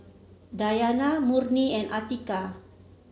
Dayana Murni and Atiqah